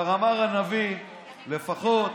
כבר אמר הנביא, לפחות,